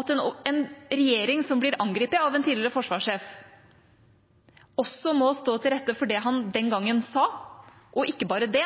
enn at en regjering som blir angrepet av en tidligere forsvarssjef, også må stå til rette for det han den gangen sa. Og ikke bare det;